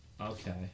Okay